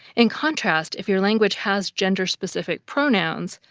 in contrast, if your language has gender-specific pronouns,